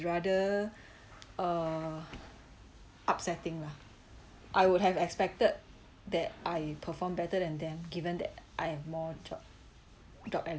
rather uh upsetting lah I would have expected that I performed better than them given that I have more job job and